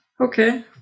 Okay